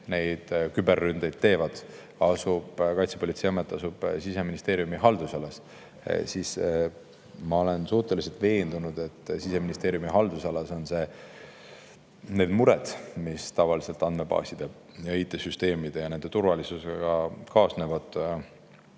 neid küberründeid teevad, asub Siseministeeriumi haldusalas, siis ma olen suhteliselt veendunud, et Siseministeeriumi haldusalas need mured, mis tavaliselt andmebaaside ja IT‑süsteemide ja nende turvalisusega kaasnevad,